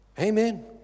Amen